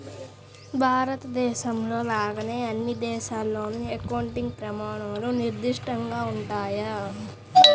భారతదేశంలో లాగానే అన్ని దేశాల్లోనూ అకౌంటింగ్ ప్రమాణాలు నిర్దిష్టంగా ఉంటాయి